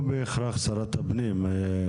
לא בהכרח שרת הפנים.